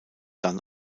dann